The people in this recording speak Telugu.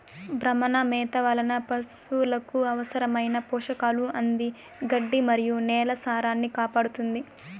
భ్రమణ మేత వలన పసులకు అవసరమైన పోషకాలు అంది గడ్డి మరియు నేల సారాన్నికాపాడుతుంది